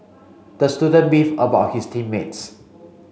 the student beefed about his team mates